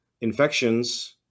infections